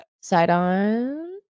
Sidon